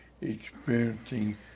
experiencing